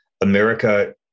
America